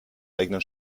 eigenen